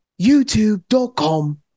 YouTube.com